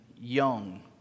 Young